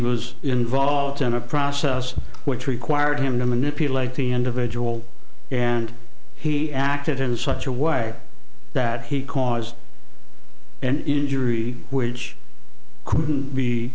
was involved in a process which required him to manipulate the individual and he acted in such a way that he caused an injury which couldn't be